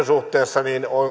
suhteessa